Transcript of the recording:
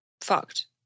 fucked